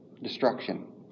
destruction